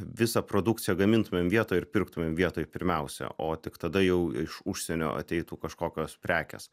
visą produkciją gamintumėm vietoj ir pirktumėm vietoj pirmiausia o tik tada jau iš užsienio ateitų kažkokios prekės